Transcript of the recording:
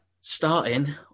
starting